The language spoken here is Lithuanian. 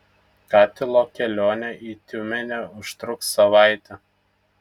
katilo kelionė į tiumenę užtruks savaitę